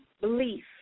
belief